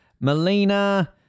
Melina